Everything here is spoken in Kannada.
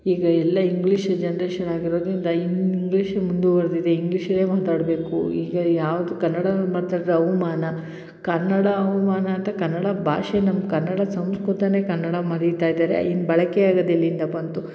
ಈಗ ಎಲ್ಲ ಇಂಗ್ಲಿಷ್ ಜನ್ರೇಷನ್ ಆಗಿರೊದರಿಂದ ಇಂಗ್ಲೀಷೇ ಮುಂದುವರೆದಿದೆ ಇಂಗ್ಲೀಷಲ್ಲೇ ಮಾತಾಡಬೇಕು ಈಗ ಯಾವುದು ಕನ್ನಡ ಮಾತಾಡಿದರೆ ಹವ್ಮಾನ ಕನ್ನಡ ಹವ್ಮಾನ ಅಂತ ಕನ್ನಡ ಭಾಷೆ ನಮ್ಮ ಕನ್ನಡದ ಸಂಸ್ಕೃತನೇ ಕನ್ನಡ ಮರೀತಾ ಇದ್ದಾರೆ ಇನ್ನು ಬಳಕೆ ಆಗೋದ್ ಎಲ್ಲಿಂದ ಬಂತು